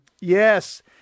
Yes